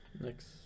next